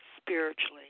spiritually